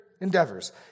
endeavors